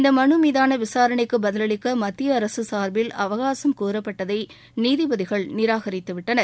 இந்த மனு மீதான விசாரணைக்கு பதிவளிக்க மத்திய அரசு சார்பில் அவகாசம் கோரப்பட்டதை நீதிபதிகள் நிராகரித்து விட்டார்கள்